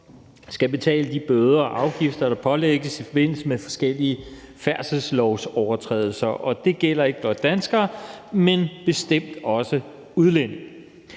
skal betale de bøder og afgifter, de pålægges i forbindelse med forskellige færdselslovsovertrædelser. Det gælder ikke blot danskere, men bestemt også udlændinge.